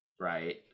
Right